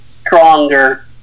stronger